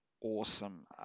awesome